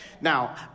Now